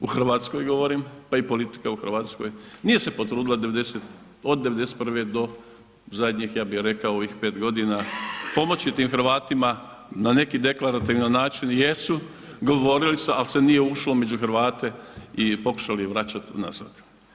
Mi Hrvati, u RH govorim, pa i politika u RH, nije se potrudila od '91. do zadnjih ja bih rekao ovih 5.g. pomoći tim Hrvatima na neki deklarativan način jesu govorili su, al se nije ušlo među Hrvate i pokušali je vraćat nazad.